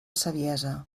saviesa